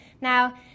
Now